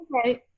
Okay